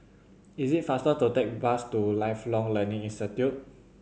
is it faster to take bus to Lifelong Learning Institute